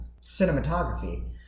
cinematography